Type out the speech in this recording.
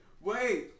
wait